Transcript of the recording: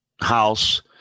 house